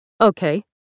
Okay